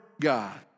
God